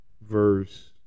verse